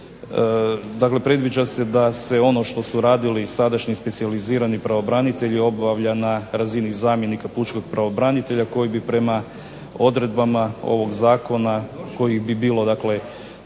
Dakle predviđa se da se ono što su radili i sadašnji specijalizirani pravobranitelji obavlja na razini zamjenika pučkog pravobranitelja, koji bi prema odredbama ovog zakona kojih bi bilo dakle